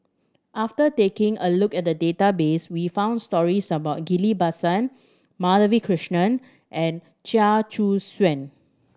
after taking a look at the database we found stories about Ghillie Basan Madhavi Krishnan and Chia Choo Suan